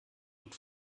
und